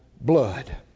blood